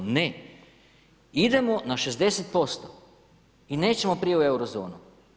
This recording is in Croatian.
Ne, idemo na 60% i nećemo prije u Eurozonu.